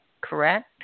correct